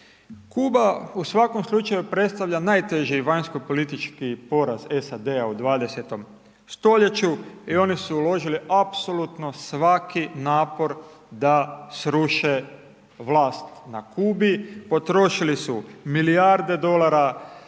Kuba u svakom slučaju predstavlja najteži vanjskopolitički poraz SAD-a u 20.-tom stoljeću i oni su uložili apsolutno svaki napor da sruše vlast na Kubi, potrošili su milijarde dolara,